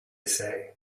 say